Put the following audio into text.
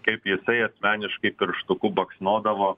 kaip jisai asmeniškai pirštuku baksnodavo